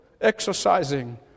exercising